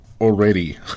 already